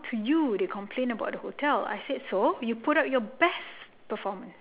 to you they will complain about the hotel I said so you put up your best performance